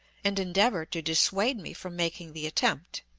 and endeavor to dissuade me from making the attempt.